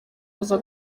aza